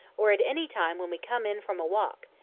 or at any time when we come in from a walk,